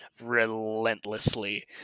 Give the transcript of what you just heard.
relentlessly